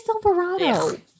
silverado